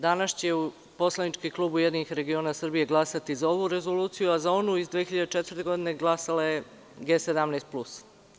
Danas će poslanički klub URS glasati za ovu rezoluciju, a za onu iz 2004. godine glasala je G17 plus.